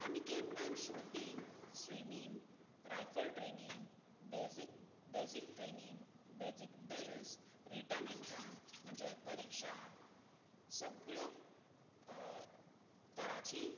आमी कँपान shooting swimming rifle training बेजी basic training basic drills written exam म्हणजे परिक्षा सगळे तराची